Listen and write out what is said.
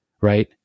right